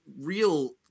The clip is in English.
real